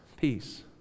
peace